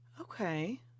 Okay